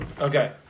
Okay